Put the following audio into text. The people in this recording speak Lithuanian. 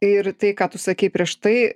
ir tai ką tu sakei prieš tai